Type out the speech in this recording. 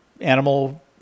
animal